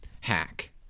Hack